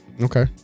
Okay